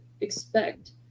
expect